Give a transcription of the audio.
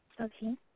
Okay